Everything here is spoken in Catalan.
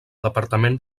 departament